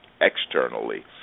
externally